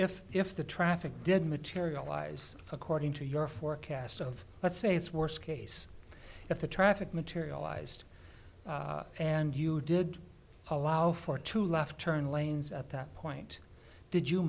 if if the traffic did materialize according to your forecast of let's say its worst case if the traffic materialized and you did allow for two left turn lanes at that point did you